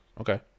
Okay